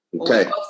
Okay